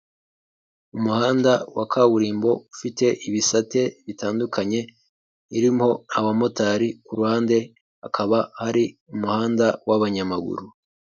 Umuhanda wa kaburimbo ufite ibisate bitandukanye irimo abamotari ku ruhande akaba ari umuhanda w'abanyamaguru.